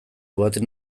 baten